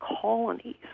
colonies